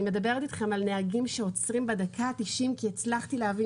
אני מדברת אתכם על נהגים שעוצרים בדקה התשעים כי הצלחתי להבין